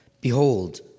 Behold